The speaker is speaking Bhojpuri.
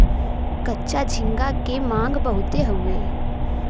कच्चा झींगा क मांग बहुत हउवे